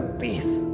peace